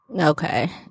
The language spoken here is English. Okay